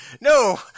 No